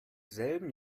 selben